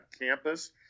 campus